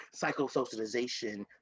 psychosocialization